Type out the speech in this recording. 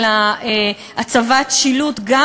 של הצבת שלטים,